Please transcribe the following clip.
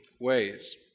ways